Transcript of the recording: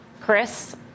Chris